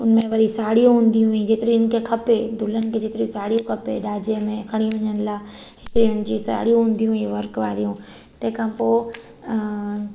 हुनमें वरी साड़ियूं हुंदी हुई जेतिरी हिनखे खपे दुल्हन के जेतिरी साड़ियूं खपे ॾाजे में खणी वञण लाइ एतिरी हुनजी साड़ियूं हूंदी हुई वर्क वारियूं तंहिं खां पोइ